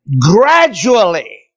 gradually